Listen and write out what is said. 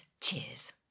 cheers